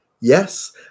yes